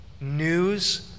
news